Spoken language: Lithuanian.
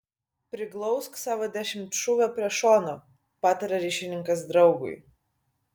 priglausk savo dešimtšūvę prie šono pataria ryšininkas draugui